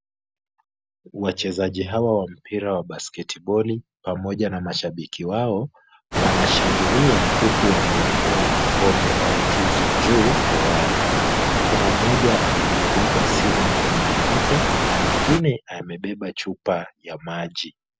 Wachezaji hawa wa mpira wa [c]basketball[c]pamoja na mashabiki wao wanashangilia huku wameinua kikombe au tuzo juu hewani. Kuna mmoja aliyebeba simu mkononi mwake na mwengine amebeba chupa ya maji.